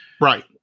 Right